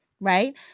right